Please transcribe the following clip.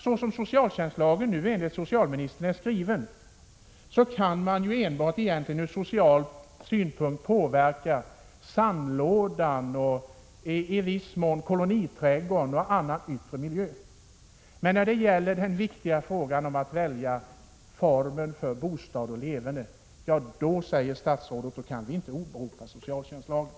Såsom socialtjänstlagen nu enligt socialministern är skriven, kan man ju ur social synvinkel egentligen påverka enbart sandlådan och i viss mån koloniträdgården och annan yttre miljö. Men när det gäller den viktiga frågan om att välja form för bostad och leverne, då säger statsrådet: Här kan man inte åberopa socialtjänstlagen.